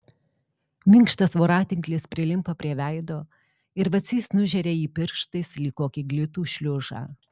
minkštas voratinklis prilimpa prie veido ir vacys nužeria jį pirštais lyg kokį glitų šliužą